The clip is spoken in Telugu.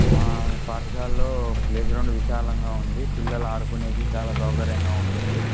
మా పాఠశాలల్లో ప్లేగ్రౌండ్ విశాలంగా ఉంది పిల్లలు ఆడుకునేందుకు చాలా సౌకర్యంగా ఉంటుంది